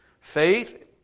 Faith